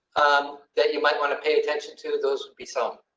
um, that you might want to pay attention to those would be so.